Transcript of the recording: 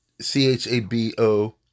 C-H-A-B-O